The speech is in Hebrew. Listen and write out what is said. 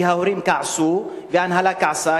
כי ההורים כעסו וההנהלה כעסה,